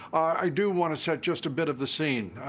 i do want to set just a bit of the scene.